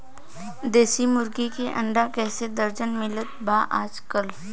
देशी मुर्गी के अंडा कइसे दर्जन मिलत बा आज कल?